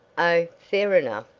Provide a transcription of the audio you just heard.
oh, fair enough.